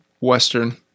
Western